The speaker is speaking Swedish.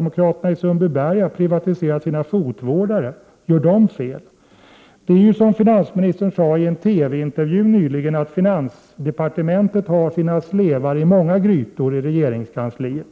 Det är ju så, som finansministern sade i en TV-intervju nyligen, att finansdepartementet har sina slevar i många grytor i regeringskansliet.